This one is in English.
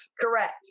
correct